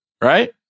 right